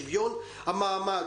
שוויון המעמד,